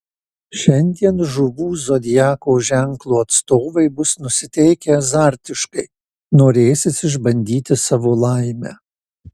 šiandien žuvų zodiako ženklo atstovai bus nusiteikę azartiškai norėsis išbandyti savo laimę